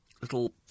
Little